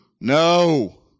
no